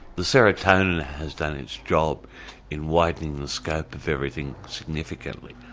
the serotonin has done its job in widening the scope of everything significantly,